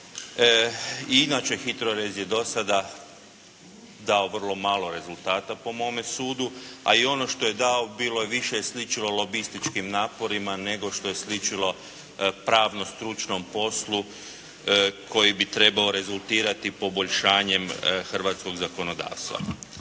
inače HITRORez je do sada dao vrlo malo rezultata po mome sudu, a i ono što je dao, bilo je više sličilo lobističkim naporima nego što je sličilo pravnom stručnom poslu koji bi trebao rezultirati poboljšanjem hrvatskog zakonodavstva.